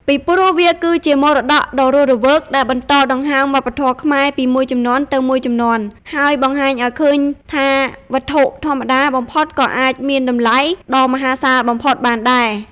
ពីព្រោះ វាគឺជាមរតកដ៏រស់រវើក ដែលបន្តដង្ហើមវប្បធម៌ខ្មែរពីមួយជំនាន់ទៅមួយជំនាន់ ហើយបង្ហាញឲ្យឃើញថា វត្ថុធម្មតាបំផុតក៏អាចមានតម្លៃដ៏មហាសាលបំផុតបានដែរ។